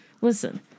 Listen